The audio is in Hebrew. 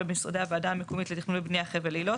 ובמשרדי הועדה המקומית לתכנון ולבניה חבל אילות,